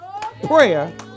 prayer